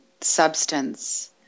substance